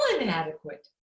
inadequate